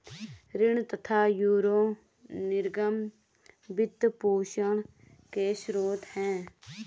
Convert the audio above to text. ऋण तथा यूरो निर्गम वित्त पोषण के स्रोत है